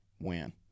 win